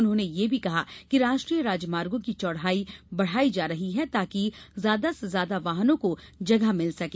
उन्होंने यह भी कहा कि राष्ट्रीय राजमार्गों की चौड़ाई बढ़ाई जा रही है ताकि ज्यादा से ज्यादा वाहनों को जगह मिल सके